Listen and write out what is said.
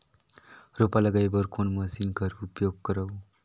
रोपा लगाय बर कोन मशीन कर उपयोग करव?